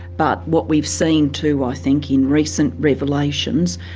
but what we've seen, too, i think in recent revelations,